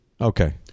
Okay